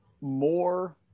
more